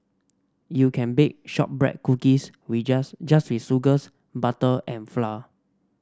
you can bake shortbread cookies we just just with sugars butter and flour